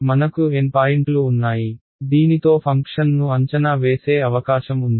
మనకు N పాయింట్లు ఉన్నాయి దీనితో ఫంక్షన్ను అంచనా వేసే అవకాశం ఉంది